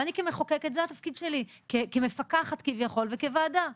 כמחוקקת, זה התפקיד שלי - כמפקחת כביכול, וכוועדה.